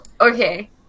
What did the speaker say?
okay